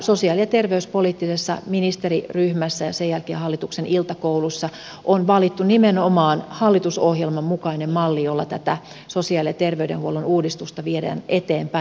sosiaali ja terveyspoliittisessa ministeriryhmässä ja sen jälkeen hallituksen iltakoulussa on valittu nimenomaan hallitusohjelman mukainen malli jolla tätä sosiaali ja terveydenhuollon uudistusta viedään eteenpäin